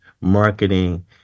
marketing